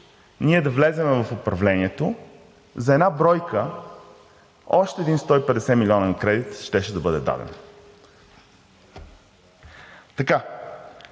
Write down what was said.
ние да влезем в управлението за една бройка още един 150 милионен кредит щеше да бъде даден. Така.